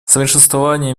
совершенствование